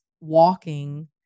walking